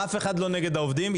אף אחד לא נגד העובדים.